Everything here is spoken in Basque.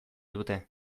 dute